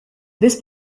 this